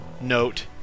note